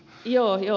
joo joo